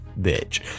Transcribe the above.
bitch